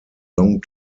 long